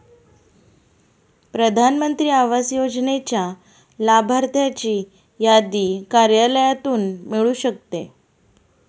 प्रधान मंत्री आवास योजनेच्या लाभार्थ्यांची यादी कार्यालयातून मिळू शकते